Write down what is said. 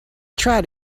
try